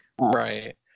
Right